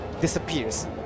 disappears